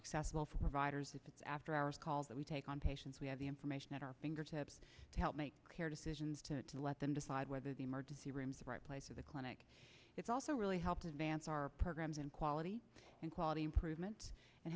accessible for providers it's after hours calls that we take on patients we have the information at our fingertips to help make decisions to let them decide whether the emergency rooms right place or the clinic it's also really help advance our programs in quality and quality improvement and